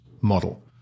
model